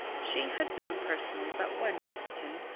she had known personally but one mexican,